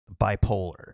bipolar